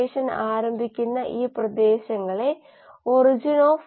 intercellular മെറ്റബോളിറ്റുകളെക്കുറിച്ച് നമുക്ക് ഒരു ബാലൻസ് എഴുതാം